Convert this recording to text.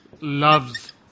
loves